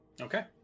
okay